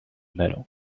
metal